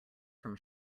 from